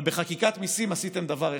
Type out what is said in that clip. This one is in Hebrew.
אבל בחקיקת מיסים עשיתם דבר אחד: